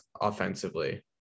offensively